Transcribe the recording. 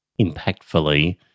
impactfully